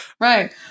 Right